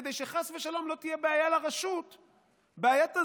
כדי שחס ושלום לא תהיה בעיה לרשות,